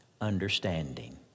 understanding